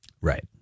Right